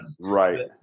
right